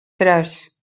tres